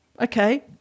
okay